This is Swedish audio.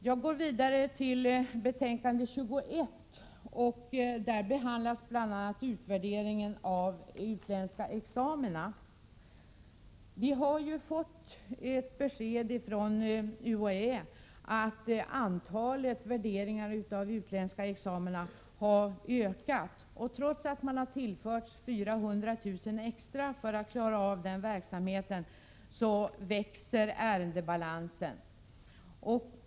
Jag går vidare till betänkande 21. Där behandlas bl.a. utvärdering av utländska examina. UHÄ har meddelat att antalet värderingar av utländska examina har ökat. Trots att UHÄ har tillförts 400 000 kr. extra för att klara den verksamheten växer ärendebalansen.